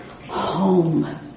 home